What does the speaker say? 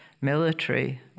military